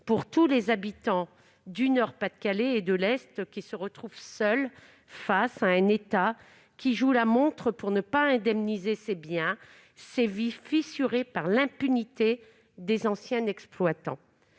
pour tous les habitants du Nord-Pas-de-Calais et de l'Est, qui se retrouvent seuls face à un État qui joue la montre pour ne pas indemniser ces biens, ces vies fissurées par l'impunité des anciens exploitants.